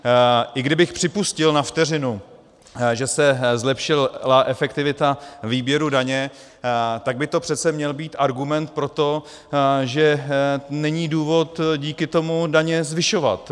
I kdybych připustil na vteřinu, že se zlepšila efektivita výběru daně, tak by to přece měl být argument pro to, že není důvod díky tomu daně zvyšovat.